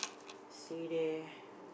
stay there